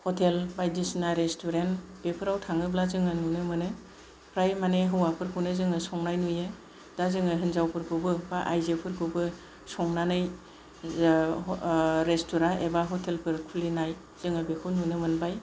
hotel बायदिसिना restaurant बेफोराव थाङोब्ला जोङो नुनो मोनो फ्राय माने हौवाफोरखौनो जोङो संनाय नुयो दा जोङो हिनजावफोरखौबो एबा आयजोफोरखौबो संनानै रेस्टुरेन्ट एबा हटेल फोर खुलिनाय जोङो बेखौ नुनो मोनबाय